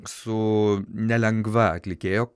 su nelengva atlikėjo